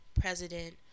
President